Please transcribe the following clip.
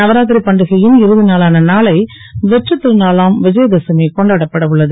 நவராத் ரி பண்டிகை ன் இறு நாளான நாளை வெற்றித் ருநாளாம் விஜயதசமி கொண்டாடப்பட உள்ளது